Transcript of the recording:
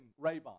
Raybon